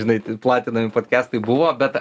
žinai platinami podkestai buvo bet